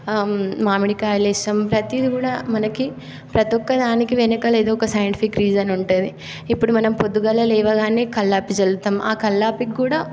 మామిడికాయలు వేస్తాము ప్రతీది కూడా మనకి ప్రతి ఒక్కదానికి వెనకాల ఏదో ఒక సైంటిఫిక్ రీజన్ ఉంటుంది ఇప్పుడు మనం పొద్దుగాల లేవగానే కల్లాపి చల్లుతాము ఆ కల్లాపికి కూడా